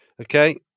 Okay